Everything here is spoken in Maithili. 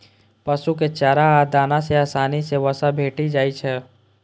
पशु कें चारा आ दाना सं आसानी सं वसा भेटि जाइ छै